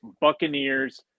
Buccaneers